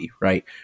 right